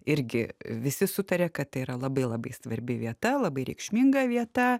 irgi visi sutarė kad tai yra labai labai svarbi vieta labai reikšminga vieta